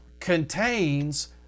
contains